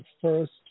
first